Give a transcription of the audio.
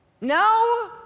no